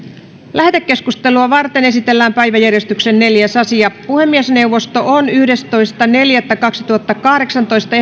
lähetekeskustelua varten esitellään päiväjärjestyksen neljäs asia puhemiesneuvosto on yhdestoista neljättä kaksituhattakahdeksantoista